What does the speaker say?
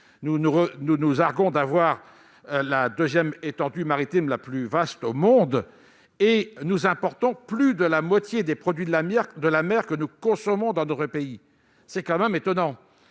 nous nous targuons de disposer de la deuxième étendue maritime la plus vaste au monde, nous importons plus de la moitié des produits de la mer que nous consommons. C'est tout de même étonnant